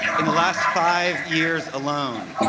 in the last five years alone,